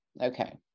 okay